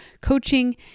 coaching